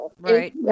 right